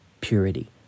purity